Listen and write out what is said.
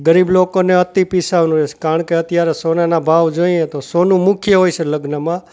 ગરીબ લોકોને અતિ પીસાવાનું રહે છે કારણ કે અત્યારે સોનાના ભાવ જોઈએ તો સોનું મુખ્ય હોય છે લગ્નમાં